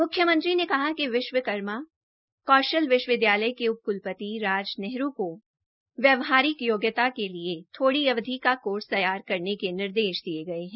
मुख्यमंत्री ने कहा कि विश्वकर्मा कौशल विश्वविद्यालय के उप कुलपति राज नेहरू को व्यावहारिक योग्यता के लिए थोड़ी अवधि का कोर्स तैयार करने के निर्देश दिये हैं